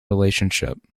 relationship